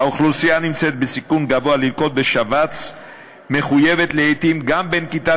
האוכלוסייה הנמצאת בסיכון גבוה ללקות בשבץ מחויבת לעתים גם בנקיטת